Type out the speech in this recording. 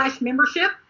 membership